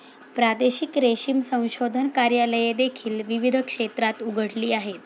प्रादेशिक रेशीम संशोधन कार्यालये देखील विविध क्षेत्रात उघडली आहेत